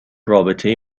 رابطه